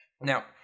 Now